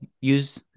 use